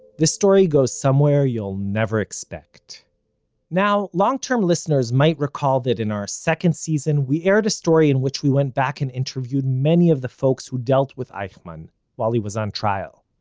this story goes somewhere you'll never expect now, long-term listeners might recall that in our second season we aired a story in which we went back and interviewed many of the folks who dealt with eichmann while he was on trial.